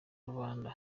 rubanda